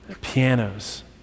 pianos